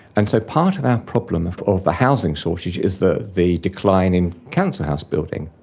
and so part of our problem of of the housing shortage is the the decline in council house building.